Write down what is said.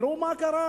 תראו מה קרה: